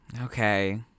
Okay